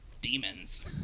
Demons